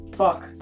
Fuck